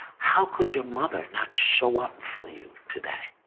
how could your mother not show up for you today?